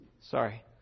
Sorry